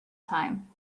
time